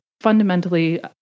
fundamentally